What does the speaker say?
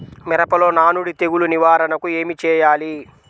మిరపలో నానుడి తెగులు నివారణకు ఏమి చేయాలి?